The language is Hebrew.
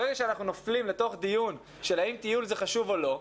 ברגע שאנחנו נופלים לתוך דיון אם טיול זה חשוב או לא,